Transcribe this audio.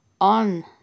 on